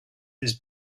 his